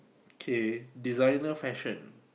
K designer fashion